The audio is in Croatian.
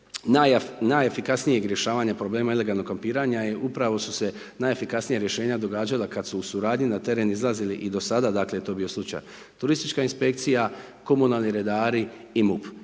najefikasnijeg rješavanja problema ilegalnog kampiranja je upravo su se, najefikasnija rješenja događala kada su u suradnji na teren izlazili i do sada, dakle…/Govornik se ne razumije…bio slučaj, turistička inspekcija, komunalni redari i MUP.